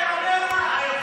שותה מטרנה?